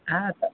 हा